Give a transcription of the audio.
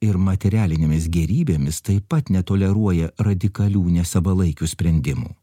ir materialinėmis gėrybėmis taip pat netoleruoja radikalių nesavalaikių sprendimų